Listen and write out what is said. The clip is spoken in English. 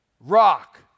rock